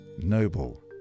noble